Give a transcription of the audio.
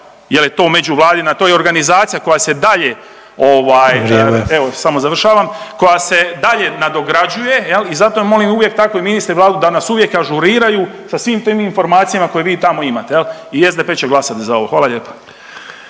Vrijeme./… evo samo završavam, koja se dalje nadograđuje jel i zato ja molim uvijek tako i ministre i Vladu da nas uvijek ažuriraju sa svim tim informacijama koje vi tamo imate jel i SDP će glasati za ovo. Hvala lijepa.